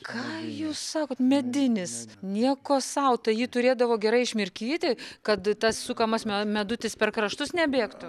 ką jūs sakot medinis nieko sau tai jį turėdavo gerai išmirkyti kad tas sukamas me medutis per kraštus nebėgtų